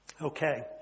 Okay